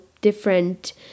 different